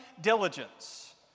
diligence